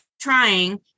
trying